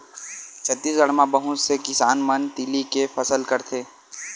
छत्तीसगढ़ म बहुत से किसान मन तिली के फसल करथे